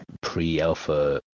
pre-alpha